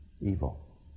evil